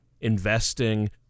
investing